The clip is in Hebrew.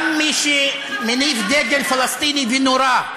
גם מי שמניף, דגל פלסטיני ונורה,